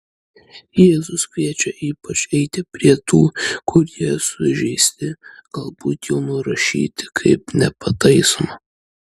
jėzus kviečia ypač eiti prie tų kurie sužeisti galbūt jau nurašyti kaip nepataisomi